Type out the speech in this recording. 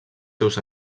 seus